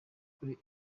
kuri